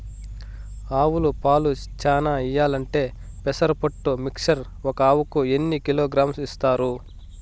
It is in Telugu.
ఆవులు పాలు చానా ఇయ్యాలంటే పెసర పొట్టు మిక్చర్ ఒక ఆవుకు ఎన్ని కిలోగ్రామ్స్ ఇస్తారు?